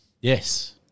Yes